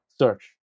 search